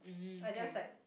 I just like